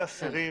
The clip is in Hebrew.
ולאסירים,